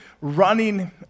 running